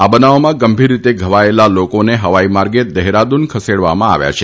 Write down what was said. આ બનાવોમાં ગંભીર રીતે ઘવાયેલા લોકોને હવાઇમાર્ગે દેહરાદ્રન ખસેડવામાં આવ્યા છે